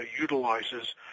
utilizes